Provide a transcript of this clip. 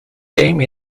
game